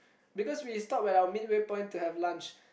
because we stopped at our midway point to have lunch